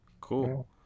cool